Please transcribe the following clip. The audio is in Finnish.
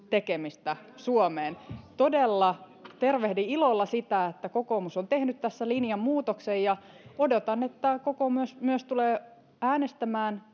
tekemistä suomeen todella tervehdin ilolla sitä että kokoomus on tehnyt tässä linjanmuutoksen ja odotan että kokoomus myös tulee äänestämään